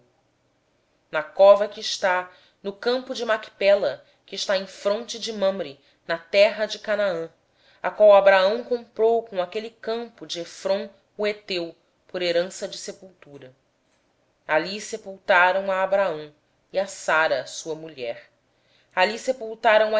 na cova que está no campo de macpela que está em frente de manre na terra de canaã cova esta que abraão comprou de efrom o heteu juntamente com o respectivo campo como propriedade de sepultura ali sepultaram a abraão e a sara sua mulher ali sepultaram